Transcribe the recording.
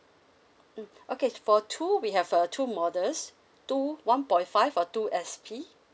mm okay for two we have uh two models two one point five or two S_P